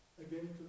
again